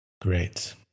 Great